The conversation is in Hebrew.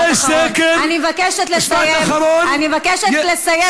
יש סקר, אני מבקשת לסיים.